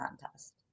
contest